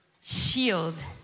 shield